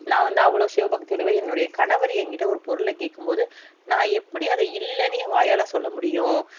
நான் வந்து அவ்வளோ சிவபக்தி உடையவர் என்னுடைய கணவர் என்கிட்ட ஒரு பொருள கேட்கும்போது நான் எப்படி அதை இல்லைன்னு ஏ வாயால் அதை சொல்ல முடியும்